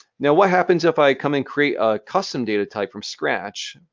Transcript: now, what happens if i come and create a custom data type from scratch?